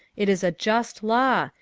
it is a just law.